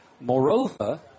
Moreover